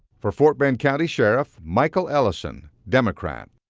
for fort bend county sheriff, michael ellison, democrat.